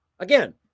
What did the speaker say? Again